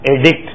addict